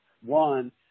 one